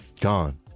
gone